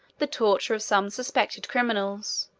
the torture of some suspected criminals,